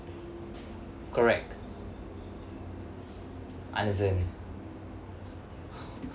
correct understand